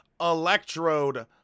Electrode